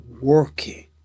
working